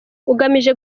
ugamije